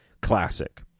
classic